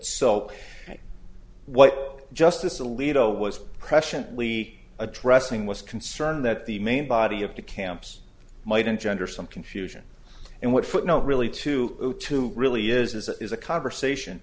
so what justice alito was pression lee addressing was concerned that the main body of the camps might engender some confusion and what footnote really to to really is that is a conversation